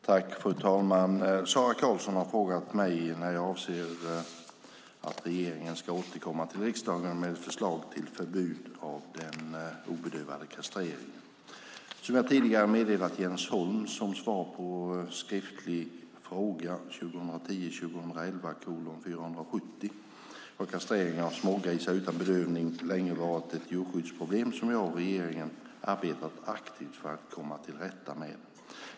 Fru talman! Sara Karlsson har frågat mig när regeringen avser att återkomma till riksdagen med ett förslag till förbud mot den obedövade kastreringen. Som jag tidigare meddelat Jens Holm som svar på skriftlig fråga 2010/11:470 har kastrering av smågrisar utan bedövning länge varit ett djurskyddsproblem som jag och regeringen arbetat aktivt för att komma till rätta med.